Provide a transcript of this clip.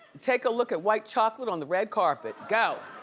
take a look at white chocolate on the red carpet. go!